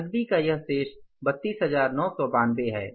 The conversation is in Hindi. नकदी का वह शेष 32992 है